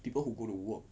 people who go to work